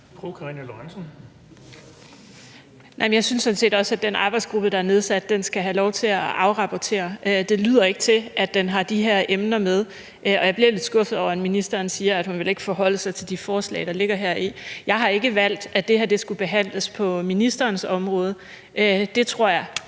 synes sådan set også, at den arbejdsgruppe, der er nedsat, skal have lov til at afrapportere. Det lyder ikke til, at den har de her emner med, og jeg bliver lidt skuffet over, at ministeren siger, at hun ikke vil forholde sig til de forslag, der ligger heri. Jeg har ikke valgt, at det her skulle behandles på ministerens område. Jeg tror, det